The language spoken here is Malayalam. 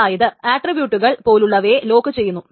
അതായത് ആട്രീബ്യൂട്ടുകൾ പോലുള്ളവയെ ലോക്കുചെയ്യുന്നു